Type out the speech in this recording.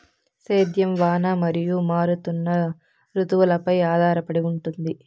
సేద్యం వాన మరియు మారుతున్న రుతువులపై ఆధారపడి ఉంటుంది